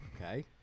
Okay